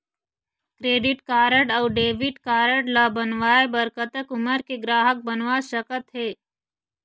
Credit card अऊ debit card ला बनवाए बर कतक उमर के ग्राहक बनवा सका थे?